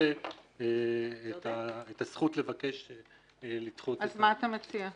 את הזכות לבקש לדחות את ה --- אז מה אתה מציע?